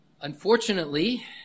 Unfortunately